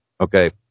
Okay